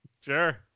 Sure